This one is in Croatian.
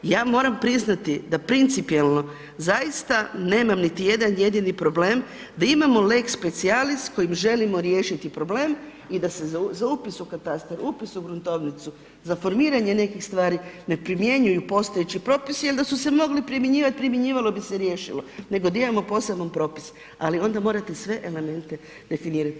Ja moram priznati da principijelno zaista nemam niti jedan jedni problem, da imamo lex spcialis kojim želimo riješiti problem i da se za upis u katastar, upis u gruntovnicu, za formiranje nekih stvari ne primjenjuju postojeći propisi jer da su se mogli primjenjivati, primjenjivalo bi se riješilo, nego da imamo poseban popis, ali onda morate sve elemente definirati.